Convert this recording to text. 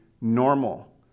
normal